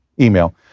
email